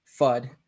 FUD